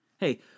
Hey